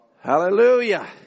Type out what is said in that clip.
Hallelujah